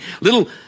Little